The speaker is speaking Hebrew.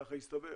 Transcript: כך הסתבר.